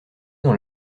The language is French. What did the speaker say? dans